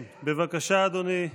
כן, בבקשה, אדוני.